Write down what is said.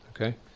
okay